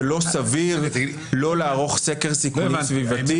לא סביר לא לערוך סקר סיכונים סביבתי.